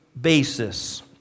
basis